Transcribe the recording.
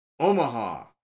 Omaha